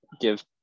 give